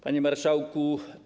Panie Marszałku!